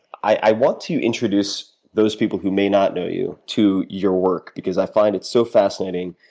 i want to introduce those people who may not know you to your work, because i find it so fascinating